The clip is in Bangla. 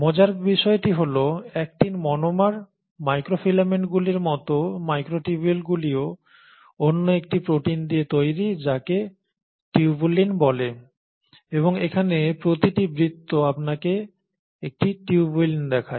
মজার বিষয়টি হল অ্যাক্টিন মনোমার মাইক্রোফিলামেন্টগুলির মতো মাইক্রোটিবিউলগুলিও অন্য একটি প্রোটিন দিয়ে তৈরি যাকে টিউবুলিন বলে এবং এখানে প্রতিটি বৃত্ত আপনাকে একটি টিউবুলিন দেখায়